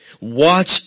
Watch